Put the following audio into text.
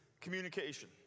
communication